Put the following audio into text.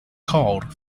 called